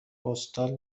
پستال